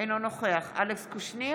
דור חדש של ילדים מטופלים כמו שצריך.